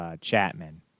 Chapman